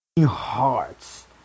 hearts